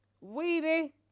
Weedy